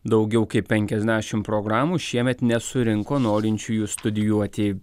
daugiau kaip penkiasdešimt programų šiemet nesurinko norinčiųjų studijuoti